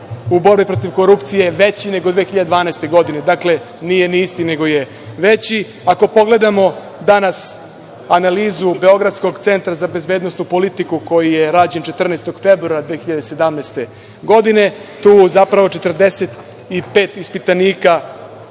u borbi protiv korupcije veći nego 2012. godine. Dakle, nije ni isti, nego je veći. Ako pogledamo danas analizu Beogradskog Centra za bezbednosnu politiku koji je rađen 14.02.2017. godine, tu zapravo 45 ispitanika